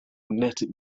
magnetic